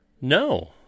No